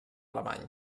alemany